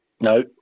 no